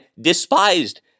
despised